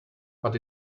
but